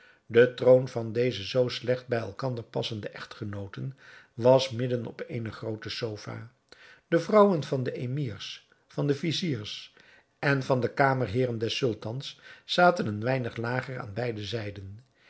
de troon van deze zoo slecht bij elkander passende echtgenooten was midden op eene groote sofa de vrouwen van de emirs van de viziers en van de kamerheeren des sultans zaten een weinig lager aan beide zijden